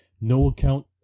no-account